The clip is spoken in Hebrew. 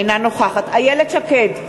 אינה נוכחת איילת שקד,